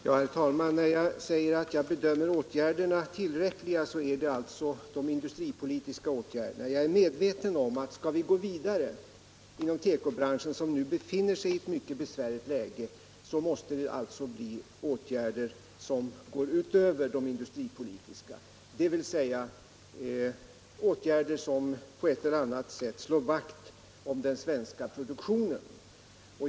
Herr talman! När jag säger att jag bedömer åtgärderna som tillräckliga avser jag alltså de industripolitiska åtgärderna. Jag är medveten om att vi, om vi skall gå vidare inom tekobranschen, som nu befinner sig i ett mycket besvärligt läge, måste vidta åtgärder som går utöver de industripolitiska, dvs. åtgärder som på ett eller annat sätt slår vakt om den svenska produktionen.